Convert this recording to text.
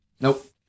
Nope